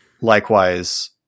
Likewise